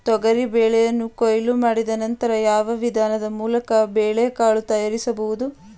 ತೊಗರಿ ಬೇಳೆಯನ್ನು ಕೊಯ್ಲು ಮಾಡಿದ ನಂತರ ಯಾವ ವಿಧಾನದ ಮೂಲಕ ಬೇಳೆಕಾಳು ತಯಾರಿಸಬಹುದು?